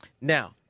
Now